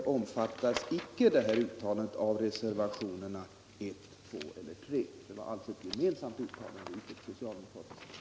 Mot det anförs inga invändningar vare sig i reservation 1, 2 eller 3. Det är alltså ett gemensamt uttalande av ledamöterna och icke ett socialdemokratiskt.